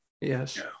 Yes